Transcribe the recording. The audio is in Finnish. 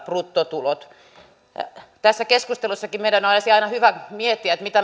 bruttotulot tässä keskustelussakin meidän olisi aina hyvä miettiä mitä